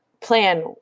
plan